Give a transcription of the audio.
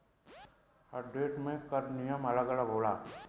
हर देस में कर नियम अलग अलग होला